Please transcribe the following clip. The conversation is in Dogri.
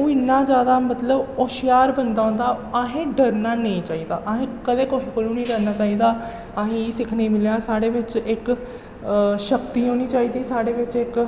ओह् इन्ना ज्यादा मतलब होशियार बंदा होंदा असें डरना नेईं चाहिदा असेंगी कदें कुसै कोला नेईं डरना चाहिदा असेंगी एह् सिक्खने गी मिलेआ साढ़े बिच्च इक शक्ति होनी चाहिदी साढ़े बिच्च इक